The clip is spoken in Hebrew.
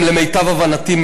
למיטב הבנתי,